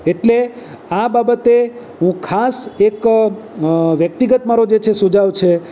એટલે આ બાબતે હું ખાસ એક વ્યક્તિગત મારો જે છે વ્યક્તિગત સુઝાવ છે